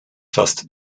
fast